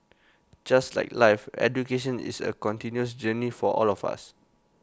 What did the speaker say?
just like life education is A continuous journey for all of us